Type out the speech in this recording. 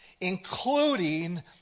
including